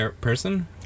person